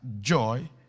joy